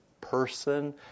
person